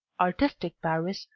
artistic paris,